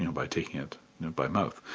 you know by taking it by mouth.